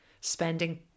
spending